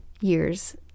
years